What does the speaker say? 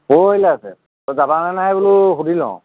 পৰহিলৈ আছে যাবা নে নাই বোলো সুধি লওঁ